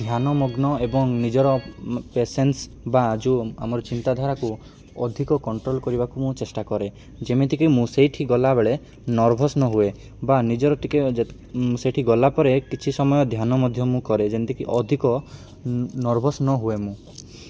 ଧ୍ୟାନ ମଗ୍ନ ଏବଂ ନିଜର ପେସେନ୍ସ ବା ଯେଉଁ ଆମର ଚିନ୍ତାଧାରାକୁ ଅଧିକ କଣ୍ଟ୍ରୋଲ୍ କରିବାକୁ ମୁଁ ଚେଷ୍ଟା କରେ ଯେମିତିକି ମୁଁ ସେଇଠି ଗଲାବେଳେ ନର୍ଭସ୍ ନ ହୁଏ ବା ନିଜର ଟିକେ ସେଇଠି ଗଲା ପରେ କିଛି ସମୟ ଧ୍ୟାନ ମଧ୍ୟ ମୁଁ କରେ ଯେମତିକି ଅଧିକ ନର୍ଭସ୍ ନ ହୁୁଏ ମୁଁ